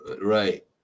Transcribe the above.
Right